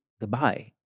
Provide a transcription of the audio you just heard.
Goodbye